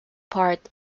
part